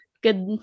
good